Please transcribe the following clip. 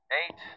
eight